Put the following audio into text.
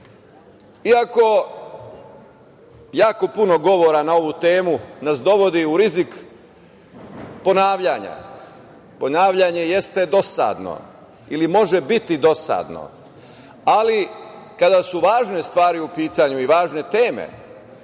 Iako jako puno govora na ovu temu nas dovodi u rizik ponavljanja, ponavljanje jeste dosadno ili može biti dosadno, ali kada su važne stvari u pitanju i važne teme